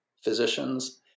physicians